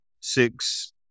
six